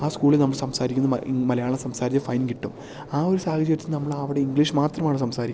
ആ സ്കൂളിൽ നമ്മള് സംസാരിക്കുന്നത് മലയാളം സംസാരിച്ചാൽ ഫൈൻ കിട്ടും ആ ഒരു സാഹചര്യത്തിൽ നമ്മൾ അവിടെ ഇംഗ്ലീഷ് മാത്രമാണ് സംസാരിക്കുന്നത്